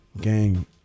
gang